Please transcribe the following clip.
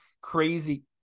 Crazy